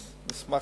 תודה.